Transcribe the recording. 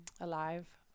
alive